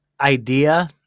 idea